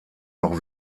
noch